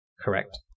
Correct